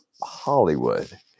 Hollywood